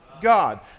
God